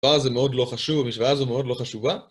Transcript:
הדבר הזה מאוד לא חשוב, המשוואה הזו מאוד לא חשובה